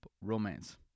romance